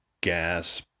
gas